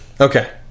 Okay